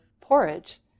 porridge